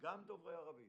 גם דובר ערבית